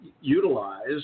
utilized